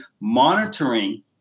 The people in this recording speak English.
monitoring